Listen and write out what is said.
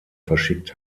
verschickt